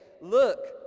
look